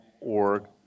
org